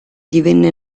divenne